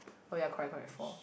oh ya correct correct four